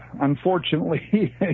Unfortunately